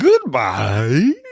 Goodbye